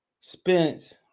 Spence